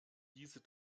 diese